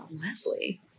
Leslie